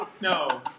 No